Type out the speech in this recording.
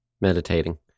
meditating